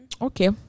Okay